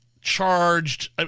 charged